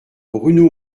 bruno